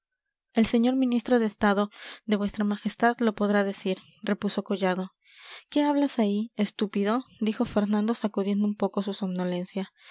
el señor ministro de estado de vuestra majestad lo podrá decir repuso collado qué hablas ahí estúpido dijo fernando sacudiendo un poco su somnolencia